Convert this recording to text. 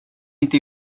inte